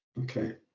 Okay